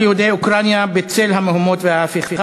יהודי אוקראינה בצל המהומות וההפיכה,